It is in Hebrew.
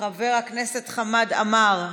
חבר הכנסת חמד עמאר,